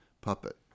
puppet